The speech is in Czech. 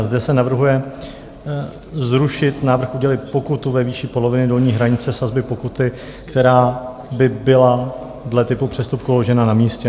Zde se navrhuje zrušit návrh udělit pokutu ve výši poloviny dolní hranice sazby pokuty, která by byla dle typu přestupku uložena na místě.